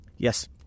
Yes